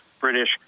British